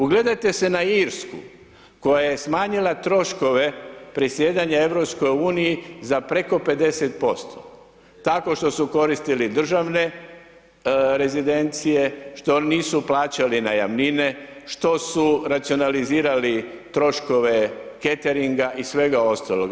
Ugledajte se na Irsku koja je smanjila troškove predsjedanja EU za preko 50% tako što su koristili državne rezidencije, što nisu plaćali najamnine, što su racionalizirali troškove cateringa i svega ostaloga.